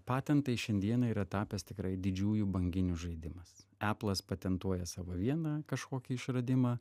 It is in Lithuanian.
patentai šiandieną yra tapęs tikrai didžiųjų banginių žaidimas eplas patentuoja savo vieną kažkokį išradimą